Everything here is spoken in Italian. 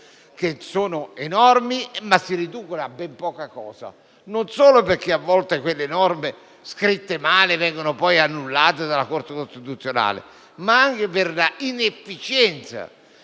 enormi, ma si riducono a ben poca cosa, non solo perché a volte quelle norme scritte male vengono poi annullate dalla Corte costituzionale, ma anche per l'inefficienza